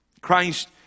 Christ